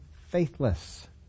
Faithless